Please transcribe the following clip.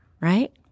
right